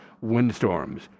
windstorms